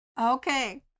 Okay